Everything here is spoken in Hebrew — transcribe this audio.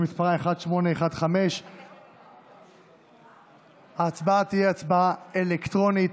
שמספרה 1815. ההצבעה תהיה הצבעה אלקטרונית.